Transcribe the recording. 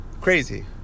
Crazy